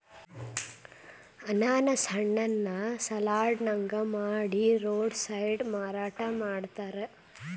ಅನಾನಸ್ ಹಣ್ಣನ್ನ ಸಲಾಡ್ ನಂಗ ಮಾಡಿ ರೋಡ್ ಸೈಡ್ ಮಾರಾಟ ಮಾಡ್ತಾರ